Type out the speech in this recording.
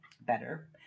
better